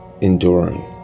enduring